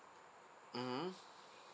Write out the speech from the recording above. mmhmm